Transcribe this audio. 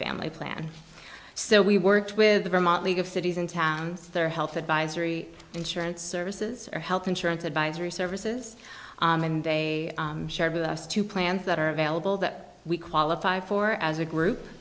family plan so we worked with the vermont league of cities and towns their health advisory insurance services or health insurance advisory services and they shared with us two plans that are available that we qualify for as a group